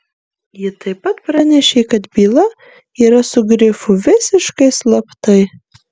ji taip pat pranešė kad byla yra su grifu visiškai slaptai